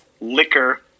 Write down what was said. liquor